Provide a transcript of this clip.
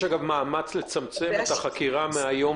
יש מאמץ לצמצם את משך החקירה מיום